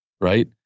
right